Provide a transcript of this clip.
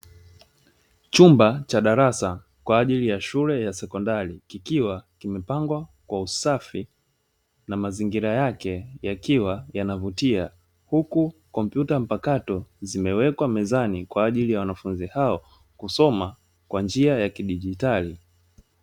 Chumba cha darasa kwa ajili ya shule ya sekondari, kikiwa kimepangwa kwa usafi na mazingira yake yakiwa yanavutia, huku kompyuta mpakato zimewekwa mezani kwa ajili ya wanafunzi hao kusoma kwa njia ya kidigitali.